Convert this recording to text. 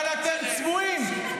אנשים מאבדים את,